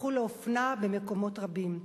הפכו לאופנה במקומות רבים.